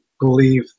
believe